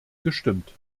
gestimmt